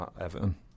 Everton